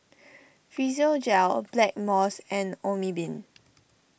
Physiogel Blackmores and Obimin